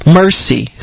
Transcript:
mercy